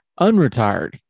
Unretired